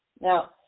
Now